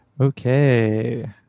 Okay